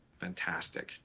fantastic